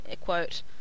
quote